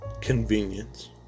convenience